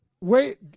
Wait